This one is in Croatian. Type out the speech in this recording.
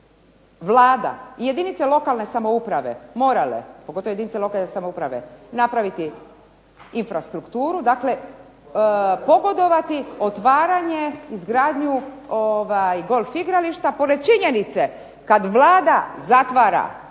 Vlada i jedinice lokalne samouprave morale, pogotovo jedinice lokalne samouprave napraviti infrastrukturu, dakle pogodovati otvaranje i izgradnju golf igrališta pored činjenice, kada Vlada zatvara bolnice,